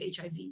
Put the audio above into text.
HIV